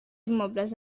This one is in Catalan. immobles